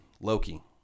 Loki